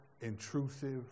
intrusive